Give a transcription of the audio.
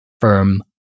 firm